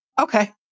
Okay